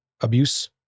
abuse